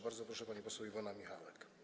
Bardzo proszę, pani poseł Iwona Michałek.